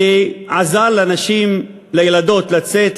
ועזר לנשים, לילדות, לצאת,